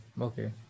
Okay